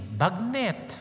bagnet